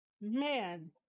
Man